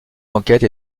d’enquête